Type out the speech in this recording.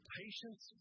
patience